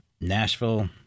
Nashville